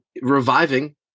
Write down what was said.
reviving